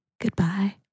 goodbye